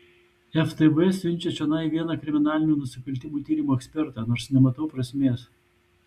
ftb siunčia čionai vieną kriminalinių nusikaltimų tyrimų ekspertą nors nematau prasmės